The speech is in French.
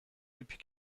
depuis